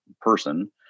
person